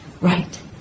right